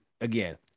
again